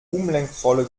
umlenkrolle